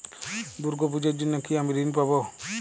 দুর্গা পুজোর জন্য কি আমি ঋণ পাবো?